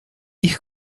ich